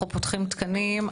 אנחנו פותחים תקנים,